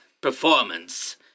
performance